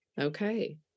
Okay